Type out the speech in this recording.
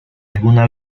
alguna